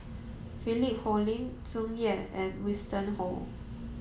Philip Hoalim Tsung Yeh and Winston Oh